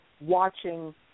watching –